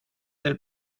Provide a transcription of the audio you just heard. del